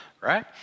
right